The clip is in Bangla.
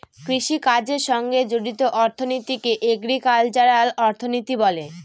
কৃষিকাজের সঙ্গে জড়িত অর্থনীতিকে এগ্রিকালচারাল অর্থনীতি বলে